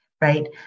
right